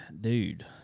Dude